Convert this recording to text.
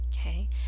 okay